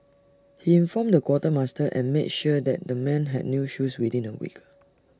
he informed the quartermaster and made sure that the men had new shoes within A week